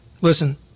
listen